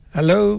Hello